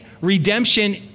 redemption